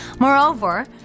Moreover